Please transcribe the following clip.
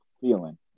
feeling